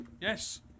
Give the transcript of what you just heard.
Yes